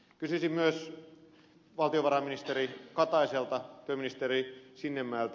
kysyisin myös valtiovarainministeri kataiselta työministeri sinnemäeltä